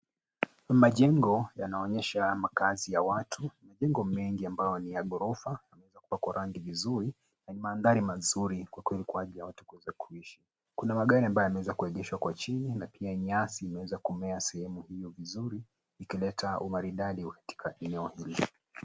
Majengo yanaonyesha makaazi ya watu. Majengo mengi ambayo ni ya ghorofa yamepakwa rangi vizuri na mandhari mazuri kwa ajili ya watu kuweza kuishi. Kuna magari ambayo yameweza kuegeshwa kwa chini na pia imeweza kumea sehemu hiyo vizuri ikileta umaridadi katika eneo hilo.